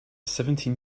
seventeen